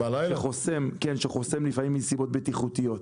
שחוסם לפעמים בגלל סיבות בטיחותיות.